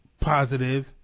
positive